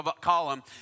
column